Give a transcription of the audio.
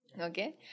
Okay